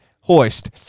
hoist